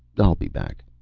i'll be back.